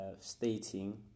stating